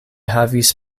havis